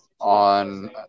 on